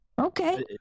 Okay